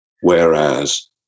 whereas